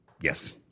Yes